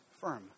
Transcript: firm